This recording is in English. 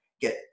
get